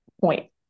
point